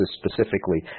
specifically